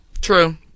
True